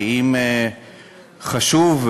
ואם חשוב,